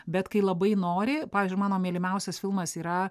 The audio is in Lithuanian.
bet kai labai nori pavyzdžiui mano mylimiausias filmas yra